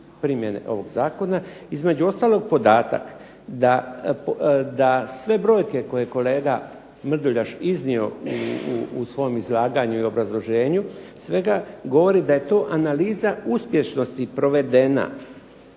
Između ostalog podatak da sve brojke koje je kolega Mrduljaš iznio u svom izlaganju i obrazloženju svega govori da je to analiza uspješnosti provedena